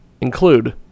include